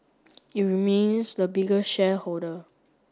it remains the biggest shareholder